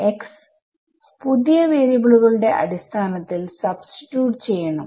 xപുതിയ വാരിയബിളുകളുടെ അടിസ്ഥാനത്തിൽ സബ്സ്റ്റിട്യൂട്ട് ചെയ്യണം